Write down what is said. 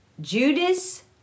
Judas